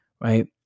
right